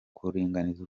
kuringaniza